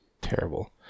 Terrible